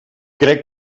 crec